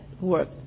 work